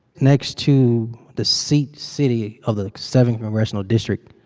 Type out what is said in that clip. next to the seat city of the seventh congressional district